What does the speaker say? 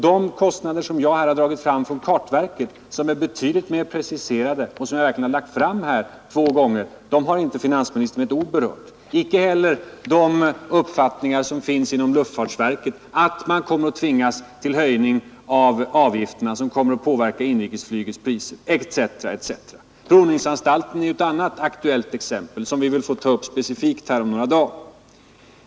De kostnader som jag har dragit fram från kartverket, som är betydligt mer preciserade och som jag har lagt fram här två gånger, har inte finansministern med ett ord berört, och inte heller uppgifterna från luftfartsverket att man kommer att tvingas till höjning av avgifterna som kommer att påverka inrikesflygets priser etc. Provningsanstalten är ju ett annat exempel, som vi får ta upp specifikt här om några dagar.